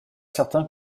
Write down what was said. certain